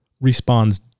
responds